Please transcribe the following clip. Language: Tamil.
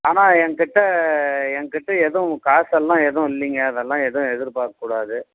ஆனால் என்கிட்ட என்கிட்ட எதுவும் காசெல்லாம் எதுவும் இல்லைங்க அதெல்லாம் எதுவும் எதிர் பார்க் கூடாது